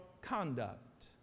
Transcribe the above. conduct